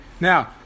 Now